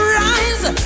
rise